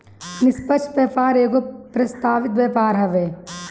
निष्पक्ष व्यापार एगो प्रस्तावित व्यापार हवे